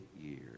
years